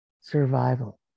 survival